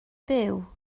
byw